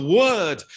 word